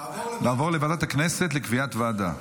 תעבור לוועדת הכנסת לקביעת ועדה.